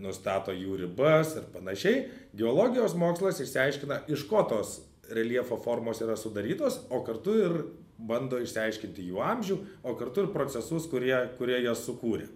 nustato jų ribas ir panašiai geologijos mokslas išsiaiškina iš ko tos reljefo formos yra sudarytos o kartu ir bando išsiaiškinti jų amžių o kartu ir procesus kurie kurie jas sukūrė